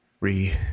re